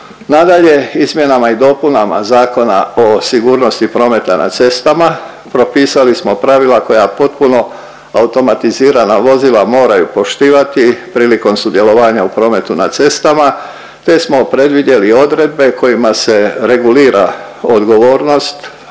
Nadalje, izmjenama i dopunama Zakona o sigurnosti prometa na cestama propisali smo pravila koja potpuno automatizirana vozila moraju poštivati prilikom sudjelovanja u prometu na cestama te smo predvidjeli odredbe kojima se regulira odgovornost